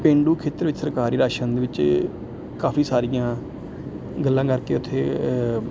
ਪੇਂਡੂ ਖੇਤਰ ਵਿੱਚ ਸਰਕਾਰੀ ਰਾਸ਼ਨ ਦੇ ਵਿੱਚ ਕਾਫੀ ਸਾਰੀਆਂ ਗੱਲਾਂ ਕਰਕੇ ਉੱਥੇ